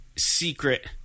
secret